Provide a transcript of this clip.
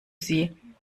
sie